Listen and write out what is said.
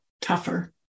tougher